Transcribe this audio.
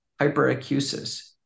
hyperacusis